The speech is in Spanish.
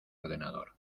ordenador